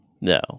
No